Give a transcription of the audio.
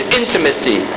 intimacy